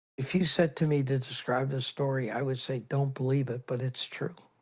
if you said to me to describe this story, i would say, don't believe it, but it's true.